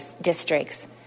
districts